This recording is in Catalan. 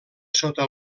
sota